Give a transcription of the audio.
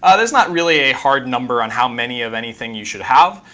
ah there's not really a hard number on how many of anything you should have,